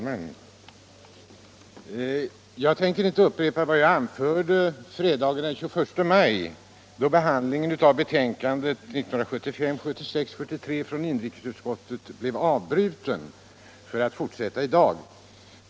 Fru talman! Jag tänker inte upprepa vad jag anförde fredagen den 21 maj, då behandlingen av betänkandet 1975/76:43 från inrikesutskottet blev avbruten för att fortsätta i dag.